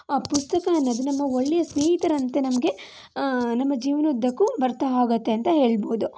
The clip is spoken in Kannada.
ಅದೇ ರೀತಿ ನಮ್ಮ ಪುಸ್ತಕ ಅನ್ನೋದು ನಮ್ಮ ಒಳ್ಳೆಯ ಸ್ನೇಹಿತರಂತೆ ನಮಗೆ ನಮ್ಮ ಜೀವದ ಉದ್ದಕ್ಕೂ ಬರ್ತಾ ಹೋಗುತ್ತೆ ಅಂತ ಹೇಳ್ಬೋದು